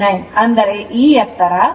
39 ಅಂದರೆ ಈ ಎತ್ತರ y 11